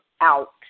out